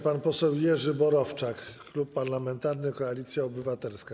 Pan poseł Jerzy Borowczak, Klub Parlamentarny Koalicja Obywatelska.